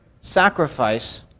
sacrifice